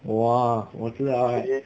!wah! 我知道 right